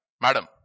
Madam